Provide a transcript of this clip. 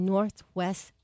Northwest